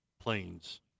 planes